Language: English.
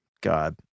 God